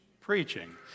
Preaching